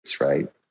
right